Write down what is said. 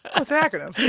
ah it's an acronym, yeah.